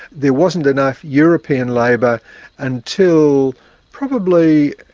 there wasn't enough european labour until probably